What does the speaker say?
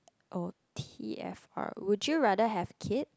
or T_F_R would you rather have kid